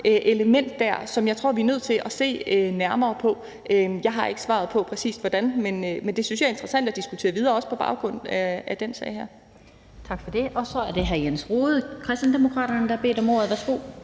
element, som jeg tror vi er nødt til at se nærmere på. Jeg har ikke svaret på præcis hvordan, men det synes jeg er interessant at diskutere videre, også på baggrund af den her sag. Kl. 16:19 Den fg. formand (Annette Lind): Tak for det. Så er det hr. Jens Rohde, Kristendemokraterne, der har bedt om ordet. Værsgo.